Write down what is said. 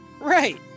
right